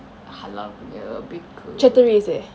halal punya baker